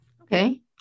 okay